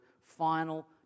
final